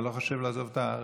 ואני לא חושב לעזוב את הארץ.